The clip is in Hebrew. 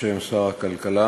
בשם שר הכלכלה